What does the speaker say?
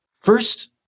first